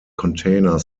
container